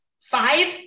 five